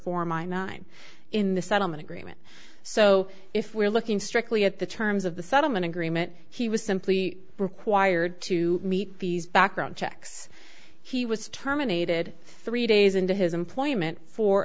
i'm in the settlement agreement so if we're looking strictly at the terms of the settlement agreement he was simply required to meet these background checks he was terminated three days into his employment for